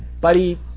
buddy